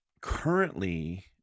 Currently